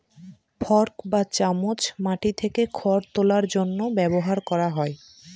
fork বা চামচ মাটি থেকে খড় তোলার জন্য ব্যবহার করা হয়